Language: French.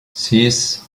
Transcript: six